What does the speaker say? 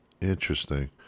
interesting